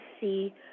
see